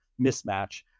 mismatch